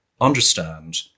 understand